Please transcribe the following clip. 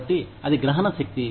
కాబట్టి అది గ్రహణశక్తి